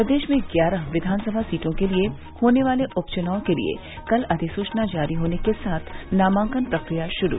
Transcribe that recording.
प्रदेश में ग्यारह विधानसभा सीटों के लिये होने वाले उप चुनाव के लिये कल अधिसूचना जारी होने के साथ नामांकन प्रक्रिया शुरू